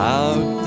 out